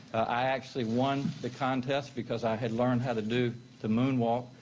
i actually won the contest, because i had learned how to do the moonwalk.